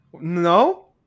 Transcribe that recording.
No